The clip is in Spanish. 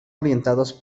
orientados